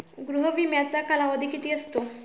गृह विम्याचा कालावधी किती असतो?